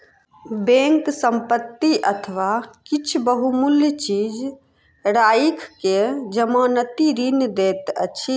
bank संपत्ति अथवा किछ बहुमूल्य चीज राइख के जमानती ऋण दैत अछि